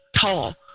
tall